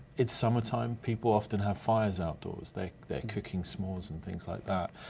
it's summer time, people often have fires outdoors, like they're cooking s'mores and things like that,